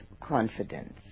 confidence